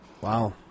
wow